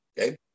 okay